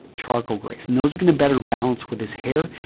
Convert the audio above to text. charcoal greys, and those are going to better balance with his hair.